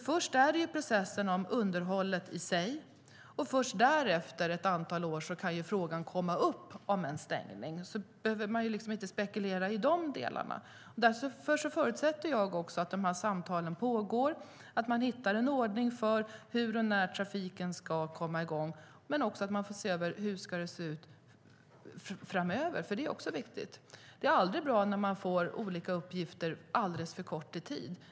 Först har vi processen om underhållet i sig och därefter, ett antal år senare, kan frågan om en stängning komma upp. Därför behöver man inte spekulera i de delarna. Jag förutsätter att samtalen pågår och man hittar en ordning för hur och när trafiken ska komma i gång samt att man ser över hur det ska se ut framöver, för det är också viktigt. Det är aldrig bra när man får uppgifter och sedan har alldeles för kort tid på sig.